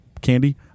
candy